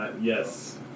yes